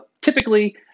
Typically